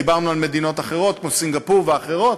דיברנו על מדינות כמו סינגפור ואחרות.